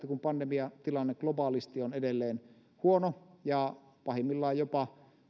kun pandemiatilanne globaalisti on edelleen huono ja pahimmillaan jopa